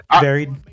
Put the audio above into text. varied